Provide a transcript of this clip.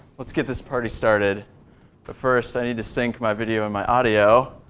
let's get this party started but first i need to sync my video and my audio